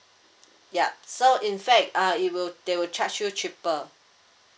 yup so in fact uh it will they will charge you cheaper